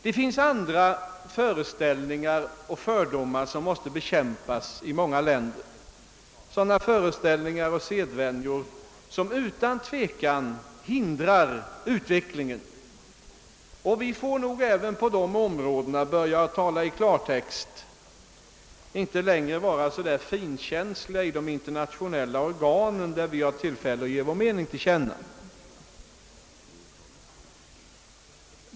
Det finns också andra föreställningar och fördomar som måste bekämpas i många länder, föreställningar och sedvänjor som utan tvivel hindrar utvecklingen. Vi får nog även på dessa områden börja tala i klartext och inte längre vara så finkänsliga i de inter nationella organ där vi har tillfälle att ge vår mening till känna.